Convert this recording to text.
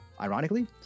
ironically